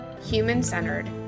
human-centered